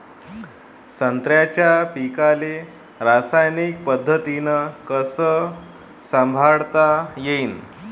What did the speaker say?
संत्र्याच्या पीकाले रासायनिक पद्धतीनं कस संभाळता येईन?